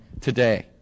today